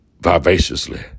vivaciously